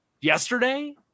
yesterday